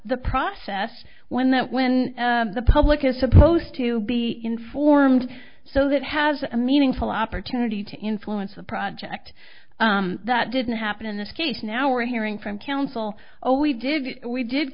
the process when that when the public is supposed to be informed so that has a meaningful opportunity to influence a project that didn't happen in this case now we're hearing from counsel oh we did we did